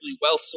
well-sourced